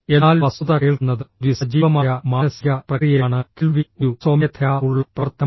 എന്നാൽ വസ്തുത കേൾക്കുന്നത് ഒരു സജീവമായ മാനസിക പ്രക്രിയയാണ് കേൾവി ഒരു സ്വമേധയാ ഉള്ള പ്രവർത്തനമാണ്